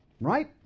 Right